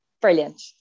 Brilliant